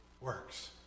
works